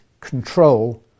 control